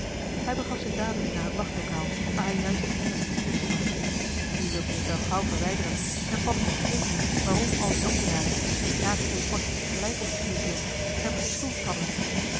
hij begaf zich dadelijk naar het wachtlokaal waar hij juist een der cipiers snapte die wilde zich wel gauw verwijderen en paddeltje begreep nu waarom al die ambtenaren die graag twee potjes te gelijk op t vuur hielden hem geschuwd hadden